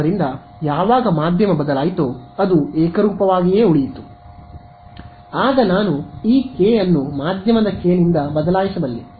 ಆದ್ದರಿಂದ ಯಾವಾಗ ಮಧ್ಯಮ ಬದಲಾಯಿತೋ ಅದು ಏಕರೂಪವಾಗಿ ಉಳಿಯಿತು ಆಗ ನಾನು ಈ ಕೆ ಅನ್ನು ಮಾಧ್ಯಮದ ಕೆ ನಿಂದ ಬದಲಾಯಿಸಬಲ್ಲೆ